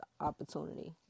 opportunity